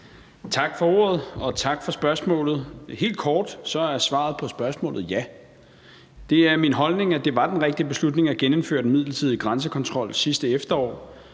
Tak for ordet, og tak for spørgsmålet. Helt kort er svaret på spørgsmålet ja. Det er min holdning, at det var den rigtige beslutning at genindføre den midlertidige grænsekontrol sidste efterår.